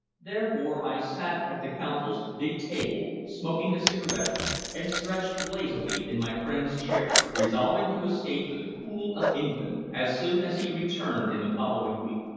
therefore i sat at the consul's big table, smoking a cigarette and stretched lazily in my friend's chair, resolving to escape to the cool of england as soon as he returned in the following week.